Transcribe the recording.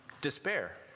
despair